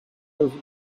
over